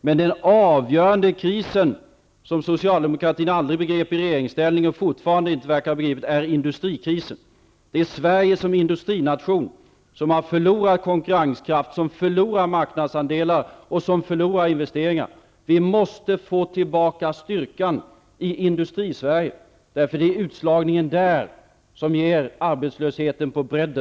Den avgörande krisen, som Sociademokratin aldrig begrep i regeringsställning och som den fortfarande inte verkar begripa, är industrikrisen. Det är Sverige som industrination som förlorar konkurrenskraft, marknadsandelar och investeringar. Vi måste få tillbaka styrkan i Industrisverige, därför att det är den utslagningen som ger bredden på arbetslösheten i Sverige.